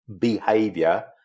behavior